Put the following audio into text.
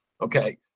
Okay